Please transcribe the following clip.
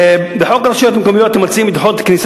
בחוק הרשויות המקומיות אתם מציעים לדחות כניסה